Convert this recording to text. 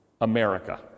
America